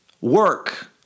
work